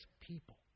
people